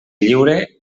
lliure